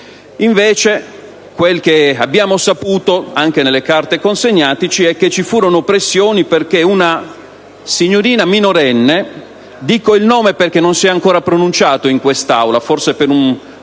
Invece, quel che abbiamo saputo, anche nelle carte consegnateci, è che ci furono pressioni perché una signorina minorenne - dico il nome perché non si è ancora pronunciato in quest'Aula, forse per un